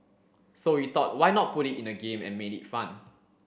so we thought why not put it in a game and made it fun